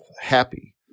happy